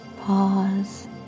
Pause